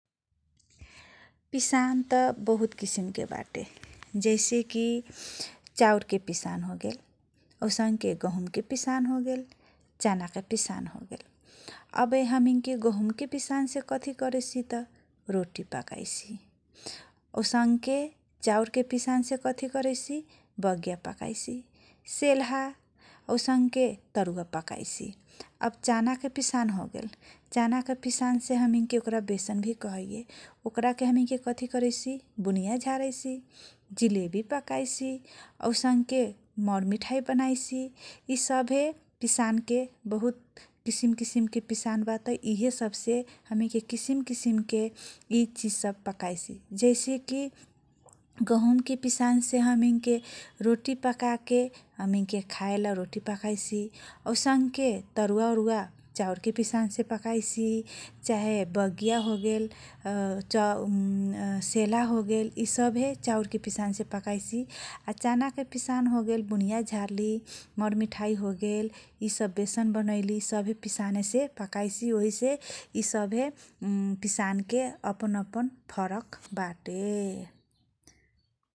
पिसान त बहुत किसिमके बाटे । जैसे कि चाउरके पिसान होगेल । औसन्के गहुमको पिसान होगेल, चानाके चिसान होगेल । अबे हमिनके गहुमके पिसानसे कथि करैसी त रोटि पकाइसी । औसन्के चाउरके पिसानसे कथि करैसी बगेया पकाइसी, सेलहा औसन्के तरुवा पकाइसी । आब चानाके पिसान होगेल चानाके पिसानले हमैनके ओक्रा बेसन भि कहैये । ओक्राके हमैनके कथि करैसी बुनिया झारैसी जिलेबी पकाइसी ऐसन्के मर मिठाइ बनाइसी इसभे पिसानके बहुत किसिम किसिमके बात इहे सबसे हमैनके किसिम किसिमके इ चिज सब पकाइसी जैसे कि गहुमको पिसानसे हमैनके रोटि पकाके हमैनके खाएला रोटि पकाइसी । ओसन्के तरुवा अरुवा चाउरके पिसानसे पकाइसी । चाहि बगेया होगेल सेलहा होगेल इसभे चाउरके पिसानसे पकाइसी आ चानाके पिसान होगेल बुनिया झार्ली मर मिठाइ होगेल इसब बेसन बनैली सभे पिसानेसे पकाइसी ओहिसे इसभे पिसान के अपन अपन ।